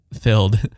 filled